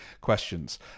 questions